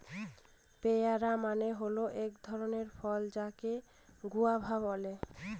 পেয়ারা মানে হয় এক ধরণের ফল যাকে গুয়াভা বলে